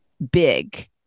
big